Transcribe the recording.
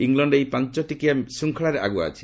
England ଏହି ପାଞ୍ଚ ଟିକିଆ ଶୃଙ୍ଖଳାରେ ଆଗୁଆ ଅଛି